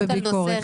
בביקורת.